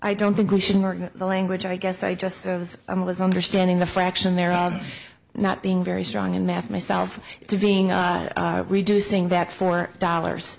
i don't think we should work the language i guess i just as i was understanding the fraction there not being very strong in math myself to being a reducing that four dollars